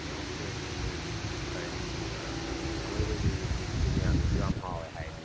okay ꯑꯩꯈꯣꯏꯒꯤ ꯐꯔꯦ ꯑꯩꯈꯣꯏꯒꯤ ꯊꯥꯡꯃꯩꯕꯟ ꯃꯤꯃꯤ ꯁꯤꯡꯖꯨꯁꯦ ꯃꯌꯥꯝꯅꯖꯨ ꯌꯥꯝꯅ ꯍꯥꯎꯋꯦ ꯍꯥꯏꯌꯦꯗꯅ